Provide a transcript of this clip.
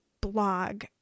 blog